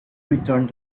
returned